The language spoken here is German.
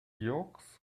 george’s